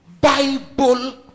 Bible